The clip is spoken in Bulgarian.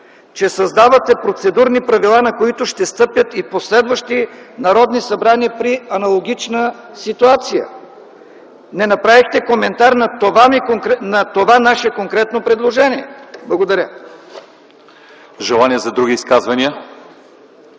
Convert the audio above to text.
че създавате процедурни правила, на които ще стъпят и последващи народни събрания при аналогична ситуация. Не направихте коментар на това наше конкретно предложение. Благодаря. ПРЕДСЕДАТЕЛ ЛЪЧЕЗАР